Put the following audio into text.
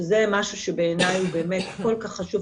שזה משהו שבעיני הוא באמת כל כך חשוב,